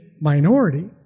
minority